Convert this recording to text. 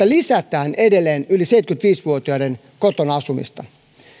lisätään edelleen yli seitsemänkymmentäviisi vuotiaiden kotona asumista